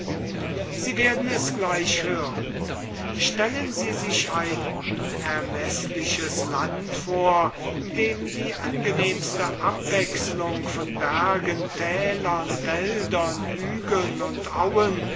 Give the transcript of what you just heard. sie werden es gleich hören stellen sie sich ein unermeßliches land vor dem die angenehmste abwechslung von bergen tälern wäldern hügeln und auen